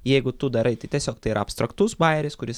jeigu tu darai tai tiesiog tai yra abstraktus bajeris kuris